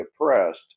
oppressed